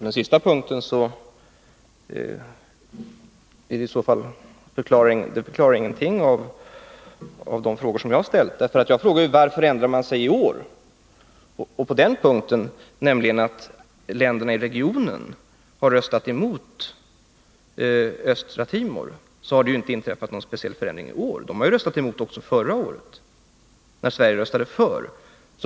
Herr talman! Den sista punkten förklarar ingenting i de frågor som jag har ställt. Jag frågade ju varför man ändrade sig i år. När det gäller detta att ländernai regionen har röstat mot Östra Timor har det ju inte inträffat någon speciell förändring i år. De röstade emot också förra året när Sverige röstade för.